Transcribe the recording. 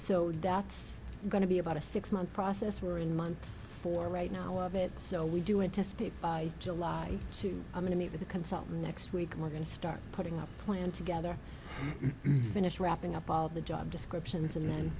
so that's going to be about a six month process we're in month for right now of it so we do anticipate by july to i'm going to meet with a consultant next week and we're going to start putting up a plan together finish wrapping up all the job description